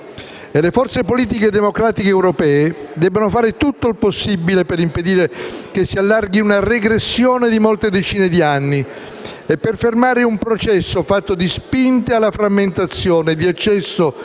Le forze politiche democratiche europee debbono fare tutto il possibile per impedire che si allarghi una regressione di molte decine di anni e per fermare un processo fatto di spinte alla frammentazione, di eccesso